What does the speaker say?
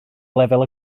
lefel